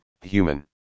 human